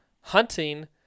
hunting